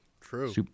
True